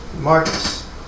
Marcus